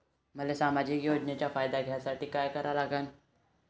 मले सामाजिक योजनेचा फायदा घ्यासाठी काय करा लागन?